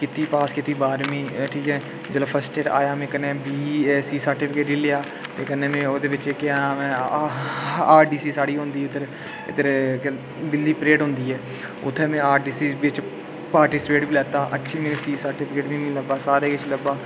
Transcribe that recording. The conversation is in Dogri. कीती पास कीती बारहमीं ठीक ऐ जेल्लै फसर्ट ईयर आया में कन्नै बीएसीसी सर्टिफिकेट लेई लेआ कन्नै में ओह्दे बिच गेआ आरडीसी साढ़ी होंदी इद्धर दिल्ली परेड होंदी ऐ उत्थें में आरडीसी बिच पार्टिसिपेट बी लैता अच्छी ही सर्टिफिकेट मी लब्भा सारा किश लब्भा